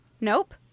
Nope